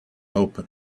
open